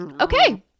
okay